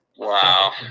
wow